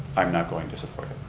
i'm not going to support it.